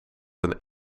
een